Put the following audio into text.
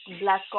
black